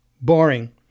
Boring